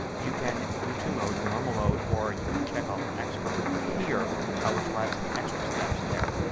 you can do two modes the normal mode or you can check off expert mode here which will add some extra steps there.